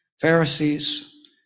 Pharisees